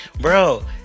Bro